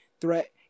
threat